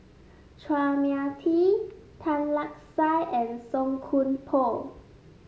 Chua Mia Tee Tan Lark Sye and Song Koon Poh